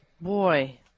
Boy